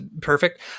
perfect